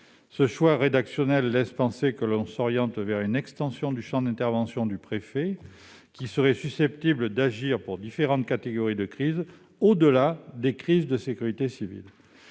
Ce choix rédactionnel laisse penser que l'on s'oriente vers une extension du champ d'intervention du préfet, qui serait susceptible d'agir pour différentes catégories de crise, au-delà des crises de sécurité civile.